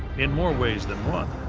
in more ways than one.